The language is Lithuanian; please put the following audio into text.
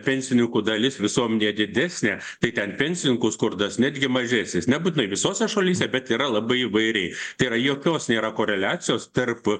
pensininkų dalis visuomenėje didesnė tai ten pensininkų skurdas netgi mažesnis nebūtinai visose šalyse bet yra labai įvairiai tai yra jokios nėra koreliacijos tarp